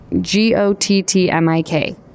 G-O-T-T-M-I-K